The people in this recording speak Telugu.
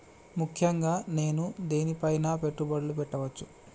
ముఖ్యంగా నేను దేని పైనా పెట్టుబడులు పెట్టవచ్చు?